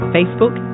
Facebook